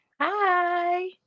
Hi